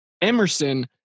Emerson